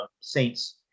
Saints